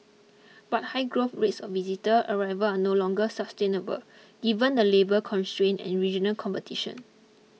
but high growth rates of visitor arrival are no longer sustainable given the labour constraints and regional competition